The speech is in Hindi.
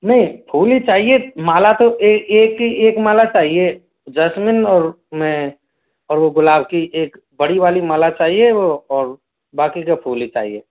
नहीं भी फूल ही चाहिए माला तो एक एक ही एक माला चाहिए जैस्मिन और मैं और वह गुलाब की एक बड़ी वाली माला चाहिए वह और बाकी का फूल ही चाहिए